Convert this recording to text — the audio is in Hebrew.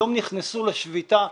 היום נכנסו לשביתה,